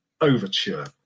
Overture